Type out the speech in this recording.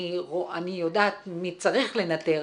אני יודעת מי צריך לנתר,